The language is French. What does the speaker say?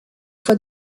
fois